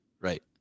right